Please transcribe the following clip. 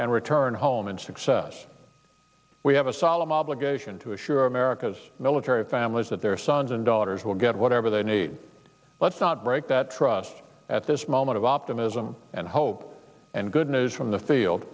and return home and success we have a solemn obligation to assure america's military families that their sons and daughters will get whatever they need let's not break that trust at this moment of optimism and hope and good news from the field